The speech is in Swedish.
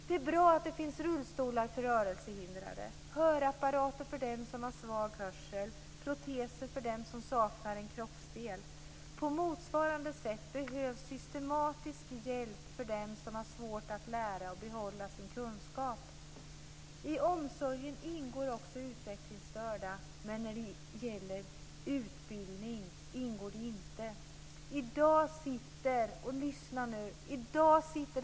Det är bra att det finns rullstolar för rörelsehindrade, hörapparater för dem som har svag hörsel och proteser för dem som saknar en kroppsdel. På motsvarande sätt behövs systematisk hjälp för dem som har svårt att lära och behålla sin kunskap. I omsorgen ingår också utvecklingsstörda, men när det gäller utbildning ingår de inte. I dag sitter - och lyssna nu!